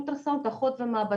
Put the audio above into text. אולטרסאונד ואחות במעבדה.